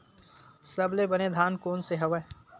सबले बने धान कोन से हवय?